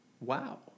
Wow